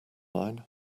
line